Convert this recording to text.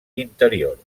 interiors